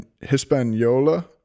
Hispaniola